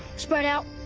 spread out,